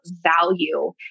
value